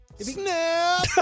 Snap